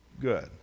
good